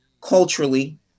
culturally